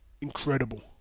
incredible